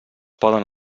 poden